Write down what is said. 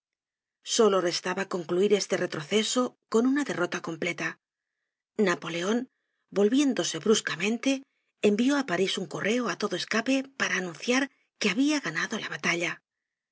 solo restaba concluir este retroceso con una derrota completa napoleon volviéndose bruscamente envió á parís un correo átodo escape para anunciar que habia ganado la batalla